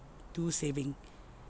do saving